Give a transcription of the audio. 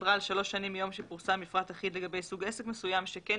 שדיברה על שלוש שנים מיום שפורסם מפרט אחיד לגבי סוג עסק מסוים שכן